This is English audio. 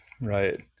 Right